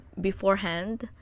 beforehand